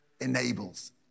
enables